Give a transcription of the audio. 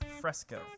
Fresco